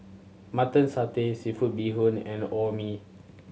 Mutton Satay seafood bee hoon and Orh Nee